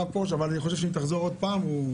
ואם תחזור עוד פעם...